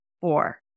Four